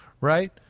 Right